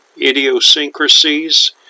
idiosyncrasies